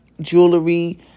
jewelry